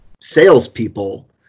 salespeople